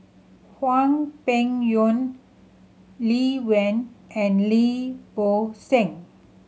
Hwang Peng Yuan Lee Wen and Lim Bo Seng